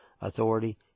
authority